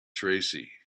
tracy